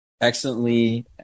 Excellently